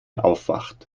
aufwacht